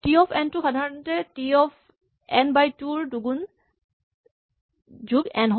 T of n টো সাধাৰণতে T of n by two ৰ দুগুণ যোগ এন হয়